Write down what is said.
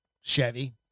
Chevy